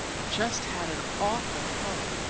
i've just had an awful thought.